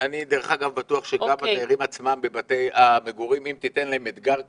אני דרך אגב בטוח שגם הדיירים עצמם בבתי המגורים אם תיתן להם אתגר כזה,